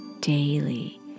daily